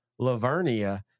Lavernia